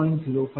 02 आहे आणि हे 0